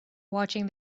watching